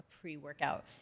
pre-workout